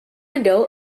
window